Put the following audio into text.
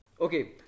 Okay